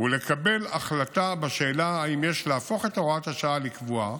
ולקבל החלטה בשאלה אם יש להפוך את הוראת השעה לקבועה,